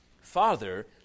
Father